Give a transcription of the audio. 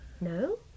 No